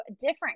different